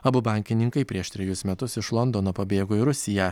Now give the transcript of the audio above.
abu bankininkai prieš trejus metus iš londono pabėgo į rusiją